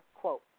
quote